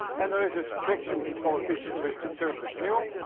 and there is this friction coefficient with the surface, mu,